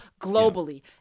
globally